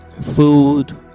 food